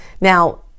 Now